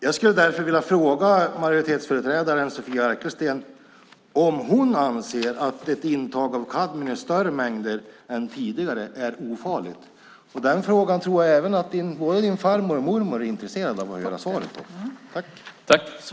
Jag skulle därför vilja fråga majoritetsföreträdaren Sofia Arkelsten om hon anser att ett intag av kadmium i större mängder än tidigare är ofarligt. Den frågan tror jag även att både din farmor och din mormor är intresserade av att höra svaret på.